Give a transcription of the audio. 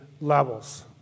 levels